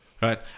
Right